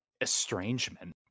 estrangement